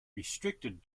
restricted